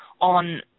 on